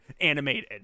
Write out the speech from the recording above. animated